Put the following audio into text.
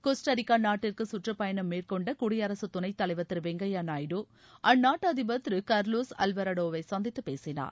Costa Rica நாட்டிற்கு கற்றப்பயணம் மேற்கொண்ட குடியரசு துணைத்தலைவர் திரு வெங்கையா நாயுடு அந்நாட்டு அதிபர் திரு கர்லோஸ் அல்வராடோவை சந்தித்து பேசினார்